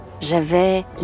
j'avais